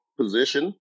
position